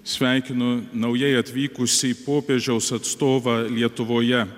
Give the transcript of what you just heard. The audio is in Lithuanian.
sveikino naujai atvykusį popiežiaus atstovą lietuvoje